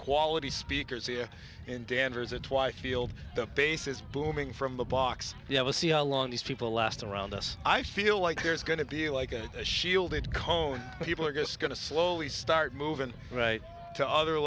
quality speakers here in danvers a twice field the base is booming from the box yeah we'll see how long these people last around us i feel like there's going to be like the shielded cone people are just going to slowly start moving right to other